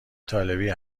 طالبی